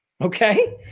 okay